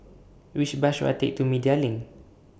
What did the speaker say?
Which Bus should I Take to Media LINK